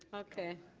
okay.